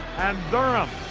and durham.